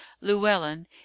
Llewellyn